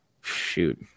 Shoot